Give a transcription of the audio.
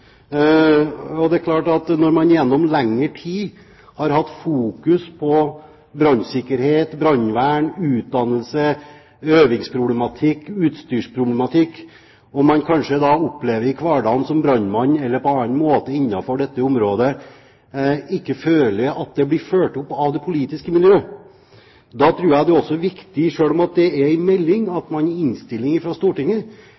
også. Det er klart at når man gjennom lengre tid har hatt fokus på brannsikkerhet, brannvern, utdannelse, øvingsproblematikk og utstyrsproblematikk, og man kanskje da i hverdagen som brannmann eller på annen måte innenfor dette området ikke føler at det blir fulgt opp av det politiske miljø, er det også viktig, selv om det er en melding,